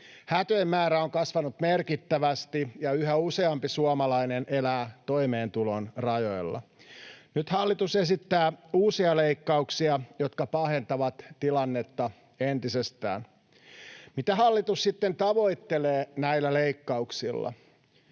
Häätöjen määrä on kasvanut merkittävästi, ja yhä useampi suomalainen elää toimeentulon rajoilla. Nyt hallitus esittää uusia leikkauksia, jotka pahentavat tilannetta entisestään. Mitä hallitus sitten tavoittelee näillä leikkauksilla?